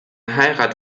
heirat